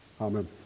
Amen